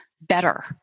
better